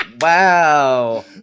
Wow